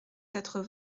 quatre